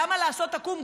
למה לעשות עקום,